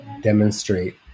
demonstrate